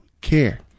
care